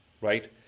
Right